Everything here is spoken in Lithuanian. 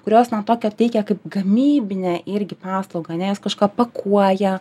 kurios na tokią teikia kaip gamybinę irgi paslaugą ane jos kažką pakuoja